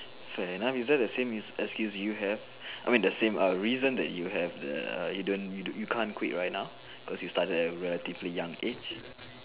so it I'm using the same excuse you have I mean the same reason that you have you don't you can't quit right now because you started at a relatively young age